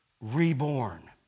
reborn